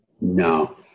No